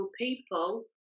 people